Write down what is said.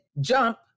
jump